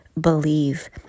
believe